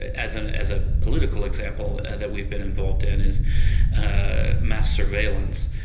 as and as a political example that we've been involved in, is ah mass surveillance.